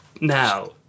Now